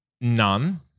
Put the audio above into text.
None